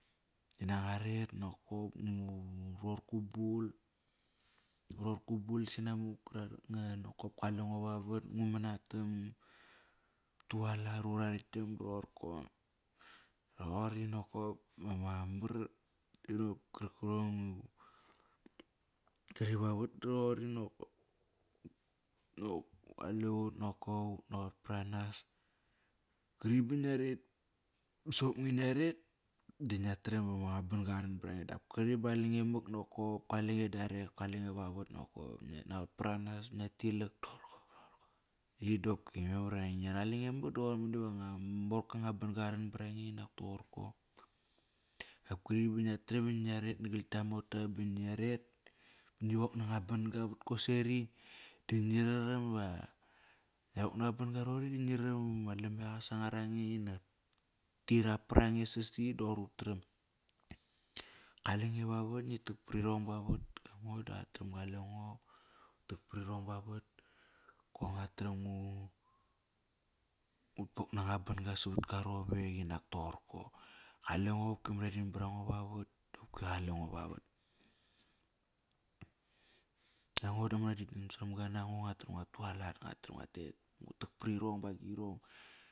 Inak ngua ret nakop ror gu bul. Ngu ror gu bul nakop kalengo vavat. Ngu man atam. Utualat, ura ralkgam ba rorko roqori nakap ama mar. Kia re vavat da roqori nokop ut naqot paranas. Kri ba ngia ret soqop nge ngia ret, da ngia tram ama ban-ga qaran barange dap kri ba qalenge mak nokop kalenge dalek, kalange vavot nokop. Ngiat naqot paranas ngia tilak toqorko roqorko. I doqopki memar ive qalenge mak do qoir mani va nga morka anga ban-ga qaran barange, inak toqorko. Dap kri ba ngia tram ingia ret nagal gia mota ba ngia ret ngi wok nanga ban-ga vat koseri da ngi naram va ngia wok nama ban-ga roqori da ngi raram ivama lameqa qa sangar ange, inak tirap parange sasi dap kkoir utram. Kalenge vavat. Ngi tak pari rong ba vat. Ngo da ngua tram ga lengo. Ngu tak pari rong bavat. Koir ngua tram ngut pok nanga ban-ga savat gua rovek inak toqorko. Qalengo qoki manadin barango vavat doqopki qalengo vavat. Aingo diama manadidam sar ham ga nango. Nguat tram ngua tualat, nguat tram ngu tak prirong ba agirong.